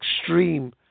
extreme